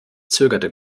zögerte